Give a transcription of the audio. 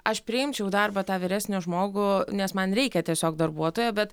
aš priimčiau į darbą tą vyresnį žmogų nes man reikia tiesiog darbuotojo bet